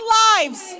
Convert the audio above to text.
lives